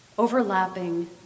overlapping